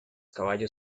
caballos